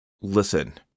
Listen